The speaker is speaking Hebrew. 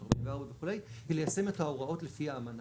--- וכו' היא ליישם את ההוראות לפי האמנה.